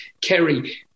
Kerry